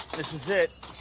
this is it.